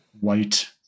white